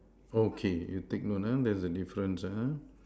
okay you take note ah there's a difference ah